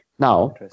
Now